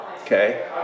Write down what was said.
Okay